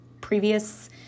previous